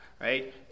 right